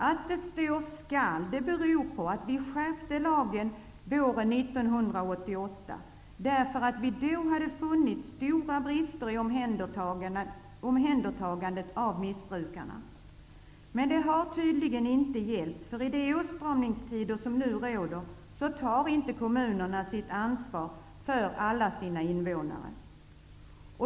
Att det står ''skall'' beror på att vi skärpte lagen våren 1988, därför att vi då hade funnit stora brister i omhändertagandet av missbrukarna. Men det har tydligen inte hjälpt; i de åtstramningstider som nu råder tar kommunerna inte sitt ansvar för alla sina invånare.